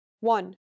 One